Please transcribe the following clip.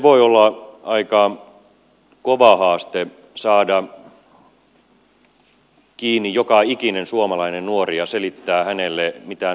voi olla aika kova haaste saada kiinni joka ikinen suomalainen nuori ja selittää heille mitä nuorisotakuu tarkoittaa